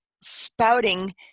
spouting